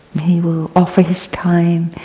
he will offer his time,